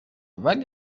ولی